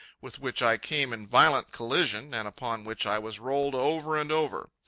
with which i came in violent collision and upon which i was rolled over and over.